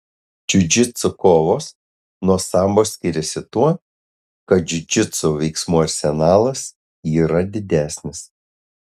džiudžitsu kovos nuo sambo skiriasi tuo kad džiudžitsu veiksmų arsenalas yra didesnis